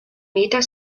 meter